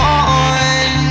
on